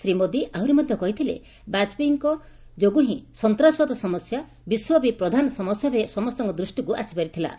ଶ୍ରୀମୋଦି ଆହୁରି ମଧ୍ଧ କହିଥିଲେ ଯେ ବାଜପେୟୀଙ୍କ ଯୋଗୁଁ ହିଁ ସନ୍ତାସବାଦ ସମସ୍ୟା ବିଶ୍ୱବ୍ୟାପୀ ପ୍ରଧାନ ସମସ୍ୟାଭାବେ ସମସ୍ତଙ୍କ ଦୃଷ୍ଟିକୁ ଆସିପାରି ଥଲା